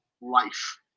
life